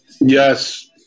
Yes